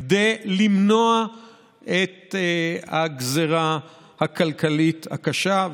כדי למנוע את הגזרה הכלכלית הקשה,